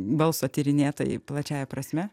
balso tyrinėtojai plačiąja prasme